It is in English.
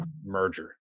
merger